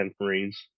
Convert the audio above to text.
marines